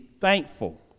thankful